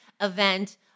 event